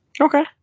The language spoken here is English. Okay